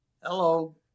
Hello